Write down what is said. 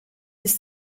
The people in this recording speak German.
bis